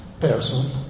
person